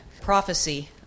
prophecy